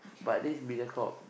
but this is Mediacorp